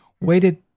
waited